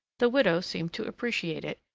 the widow seemed to appreciate it,